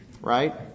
right